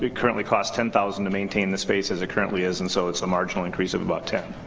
but currently cost ten thousand to maintain the space as it currently is, and so it's a marginal increase of about ten?